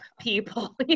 people